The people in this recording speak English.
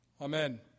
Amen